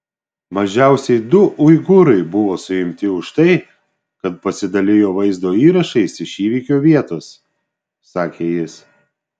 mažiausiai du uigūrai buvo suimti už tai kad pasidalijo vaizdo įrašais iš įvykio vietos sakė jis